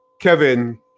Kevin